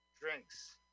drinks